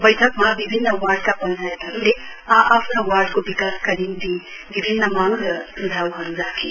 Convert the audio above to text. बैठकमा विभिन्न वार्डका पञ्चायतहरूले आ आफ्ना वार्डको विकासका निम्ति विभिन्न मांग र सुझाउहरू राखे